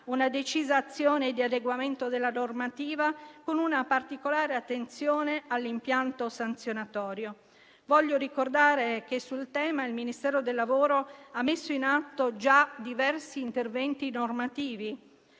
una decisa azione di adeguamento della normativa, con una particolare attenzione all'impianto sanzionatorio. Voglio ricordare che sul tema il Ministero del lavoro ha messo in atto già diversi interventi normativi: